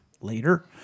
later